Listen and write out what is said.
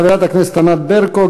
חברת הכנסת ענת ברקו,